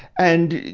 and,